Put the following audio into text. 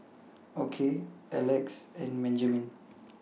Okey Elex and Benjiman